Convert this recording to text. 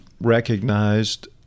recognized